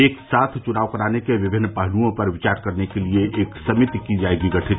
एक साथ चुनाव कराने के विभिन्न पहलुओं पर विचार करने के लिए एक समिति की जाएगी गठित